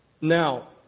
Now